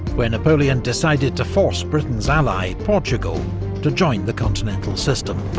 where napoleon decided to force britain's ally portugal to join the continental system.